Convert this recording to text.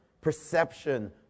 perception